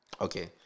Okay